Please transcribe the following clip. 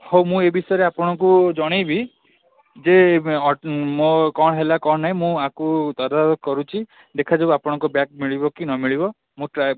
ହଉ ମୁଁ ଏହି ବିଷୟରେ ଆପଣଙ୍କୁ ଜଣେଇବି ଯେ ମୋ କ'ଣ ହେଲା କ'ଣ ନାଇଁ ମୁଁ ଏହାକୁ ତଦାରଖ କରୁଛି ଦେଖାଯାଉ ଆପଣଙ୍କ ବ୍ୟାଗ୍ ମିଳିବ କି ନ ମିଳିବ ମୁଁ ଟ୍ରାଏ